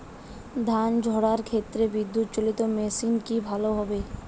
ধান ঝারার ক্ষেত্রে বিদুৎচালীত মেশিন ভালো কি হবে?